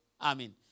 Amen